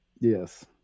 Yes